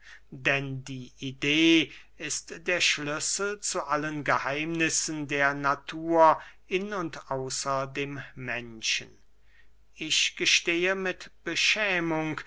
denn die idee ist der schlüssel zu allen geheimnissen der natur in und außer dem menschen ich gestehe mit beschämung